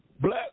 Black